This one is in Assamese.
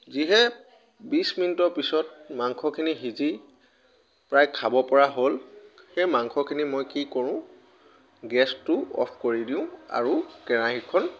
যিহে বিছ মিনিটৰ পিছত মাংখিনি সিজি প্ৰায় খাব পৰা হ'ল সেই মাংসখিনি মই কি কৰোঁ গেছটো অফ কৰি দিওঁ আৰু কেৰাহীখন